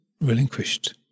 relinquished